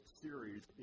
series